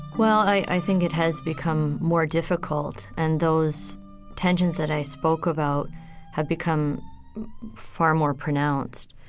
well, i think it has become more difficult, and those tensions that i spoke about have become far more pronounced.